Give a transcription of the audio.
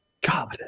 God